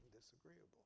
disagreeable